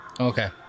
Okay